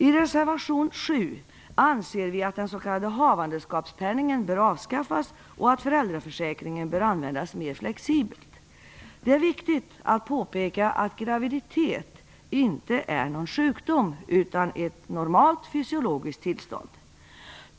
I reservation 7 anser vi att den s.k. havandeskapspenningen bör avskaffas och att föräldraförsäkringen bör användas mer flexibelt. Det är viktigt att påpeka att graviditet inte är någon sjukdom utan ett normalt fysiologiskt tillstånd.